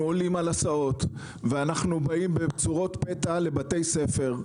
אנחנו עולים על הסעות ובאים בפתע לבתי ספר,